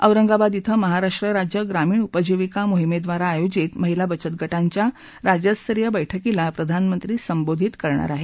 औरंगाबाद इथं महाराष्ट्र राज्य ग्रामीण उपजीविका मोहिमेद्वारा आयोजित महिला बचत गाविया राज्यस्तरीय बैठकीला प्रधानमंत्री संबोधित करणार आहेत